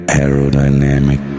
aerodynamic